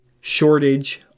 shortage